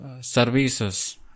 services